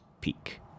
peak